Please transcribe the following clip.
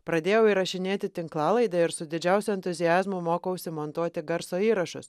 pradėjau įrašinėti tinklalaidę ir su didžiausiu entuziazmu mokausi montuoti garso įrašus